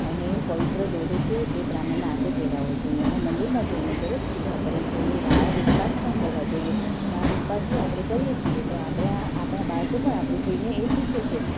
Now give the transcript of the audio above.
અને પવિત્ર દોરો છે તે બ્રાહ્મણના હાથે પહેરાવો જોઈએ અને મંદિરમાં જઈને દરરોજ પૂજા કરવી જોઈએ વાર ઉપવાસ પણ કરવા જોએ વાર ઉપવાસ જો આપણે કરીએ છીએ તો આપણાં આપણાં બાળકો પણ આપણું જોઈને એ જ શીખે છે